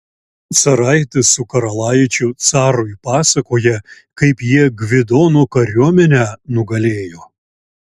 caraitis su karalaičiu carui pasakoja kaip jie gvidono kariuomenę nugalėjo